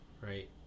right